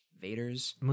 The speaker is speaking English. Vader's